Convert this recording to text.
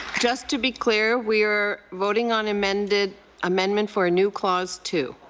just to be clear, we are voting on amendment amendment for a new clause two.